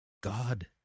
God